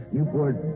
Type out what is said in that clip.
Newport